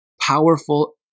powerful